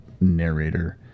narrator